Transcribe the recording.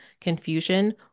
confusion